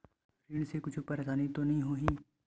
ऋण से कुछु परेशानी तो नहीं होही?